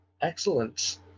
Excellent